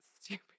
stupid